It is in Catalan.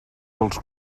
als